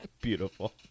Beautiful